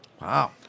Wow